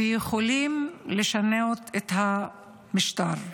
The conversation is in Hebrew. ויכולים לשנות את המשטר.